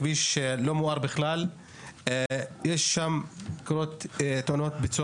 זה כביש לא מואר בכלל ויש בו הרבה תאונות.